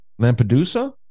Lampedusa